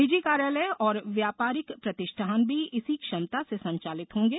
निजी कार्यालय और व्यापारिक प्रतिष्ठान भी इसी क्षमता से संचालित होंगे